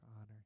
honor